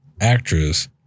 actress